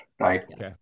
right